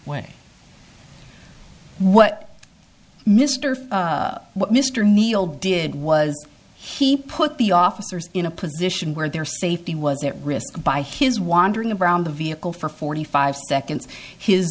way what mr what mr neeld did was he put the officers in a position where their safety was at risk by his wandering around the vehicle for forty five seconds his